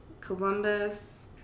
Columbus